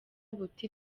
buti